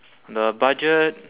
the budget